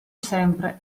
sempre